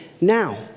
now